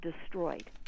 destroyed